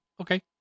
okay